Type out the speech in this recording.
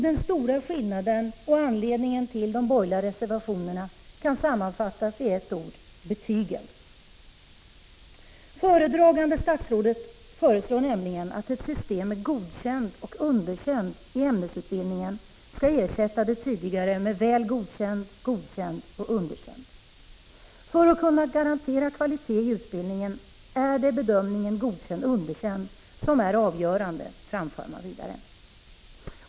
Den stora skillnaden och anledningen till de borgerliga reservationerna kan sammanfattas i ett ord: betygen. Föredragande statsrådet föreslår nämligen att ett system med betyget = Prot. 1985/86:49 Godkänd och Underkänd i ämnesutbildningen skall ersätta de tidigare 11 december 1985 betygen Väl godkänd, Godkänd och Underkänd. För att kunna garantera. == Ag, kvalitet i utbildningen är det bedömningen Godkänd-Underkänd som är avgörande, framför man vidare.